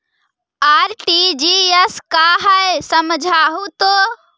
RTGS का है समझाहू तो?